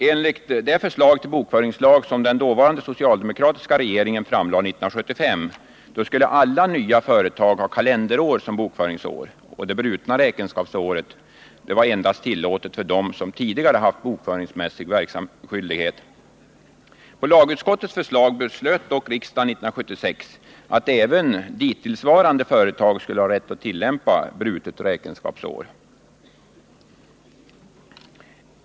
Enligt det förslag till bokföringslag som den dåvarande socialdemokratiska regeringen framlade 1975 skulle alla nya företag ha kalenderår som bokföringsår. Det brutna räkenskapsåret var endast tillåtet för dem som tidigare haft bokföringsskyldighet. På lagutskottets förslag beslöt dock riksdagen 1976 att även nystartade företag skulle ha rätt att tillämpa brutet räkenskapsår.